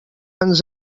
ens